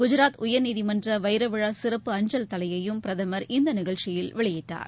குஜராத் உயர்நீதிமன்றவைரவிழாசிறப்பு அஞ்சல் தலையையும் பிரதமர் இந்தநிகழ்ச்சியில் வெளியிட்டார்